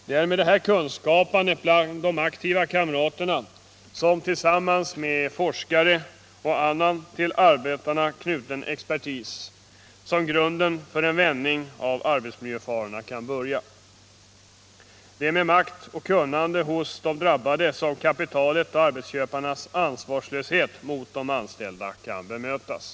Det är med detta kunskapande bland de aktiva kamraterna, tillsammans med forskare och annan till arbetarna knuten expertis, som grunden för en vändning av arbetsmiljöfarorna kan börja. Det är med makt och kunnande hos de drabbade som kapitalets och arbetsköparnas ansvarslöshet mot de anställda kan bemötas.